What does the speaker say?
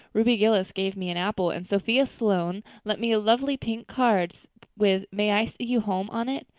ruby gillis gave me an apple and sophia sloane lent me a lovely pink card with may i see you home on it.